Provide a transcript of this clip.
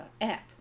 app